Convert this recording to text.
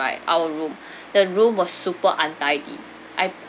right our room the room was super untidy I